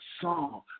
song